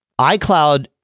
iCloud